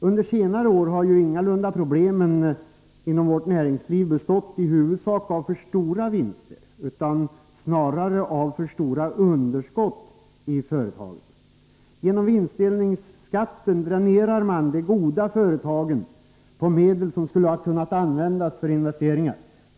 Under senare år har ingalunda problemen inom vårt näringsliv bestått i huvudsak av för stora vinster utan snarare av för stora underskott i företagen. Genom vinstdelningsskatten dränerar man de goda företagen på medel, som skulle ha kunnat användas för investeringar.